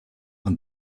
and